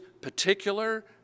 particular